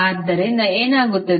ಆದ್ದರಿಂದ ಏನಾಗುತ್ತದೆ